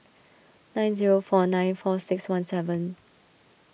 nine zero four nine four six one seven